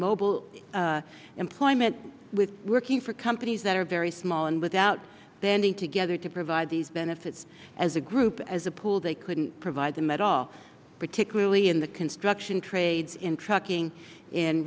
mobile employment with working for companies that are very small and without banding together to provide these benefits as a group as a pool they couldn't provide them at all particularly in the construction trades in trucking in